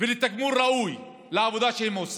ולתגמול ראוי על העבודה שהם עושים.